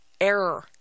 error